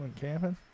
camping